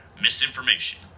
misinformation